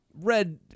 Red